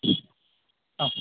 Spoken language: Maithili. हॅं